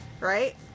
right